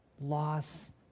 Loss